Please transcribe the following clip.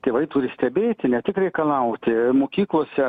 tėvai turi stebėti ne tik reikalauti mokyklose